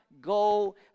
go